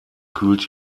kühlt